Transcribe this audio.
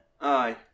Aye